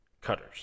cutters